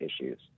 issues